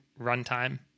runtime